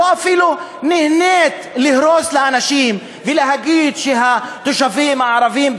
לא אפילו נהנית להרוס לאנשים ולהגיד שהתושבים הערבים,